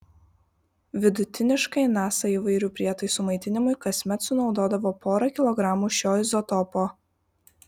vidutiniškai nasa įvairių prietaisų maitinimui kasmet sunaudodavo porą kilogramų šio izotopo